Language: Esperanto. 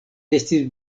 estis